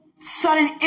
Sudden